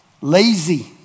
Lazy